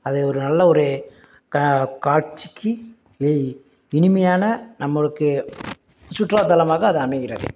அது ஒரு நல்ல ஒரு க காட்சிக்கு இ இனிமையான நம்மளுக்கு சுற்றுலா தலமாக அது அமைகிறது